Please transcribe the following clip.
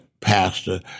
pastor